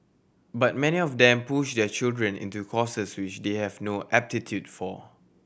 but many of them push their children into courses which they have no aptitude for